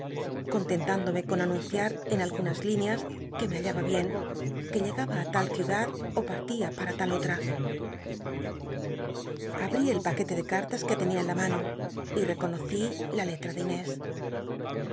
contenlündome con anunciar en algunas lineas que me hallaba bien que llegaba i l rl c i udad ó partía para tal otra abrí el paquete de cartas que tenia en la mano y reconocí la lelra de inés